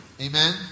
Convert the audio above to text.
Amen